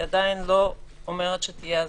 זה עדיין לא אומר שתהיה הסדרה.